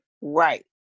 right